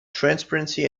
transparency